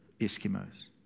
Eskimos